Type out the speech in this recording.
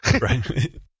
Right